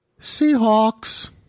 Seahawks